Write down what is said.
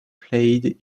plaid